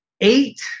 eight